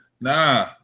Nah